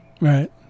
Right